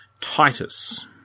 Titus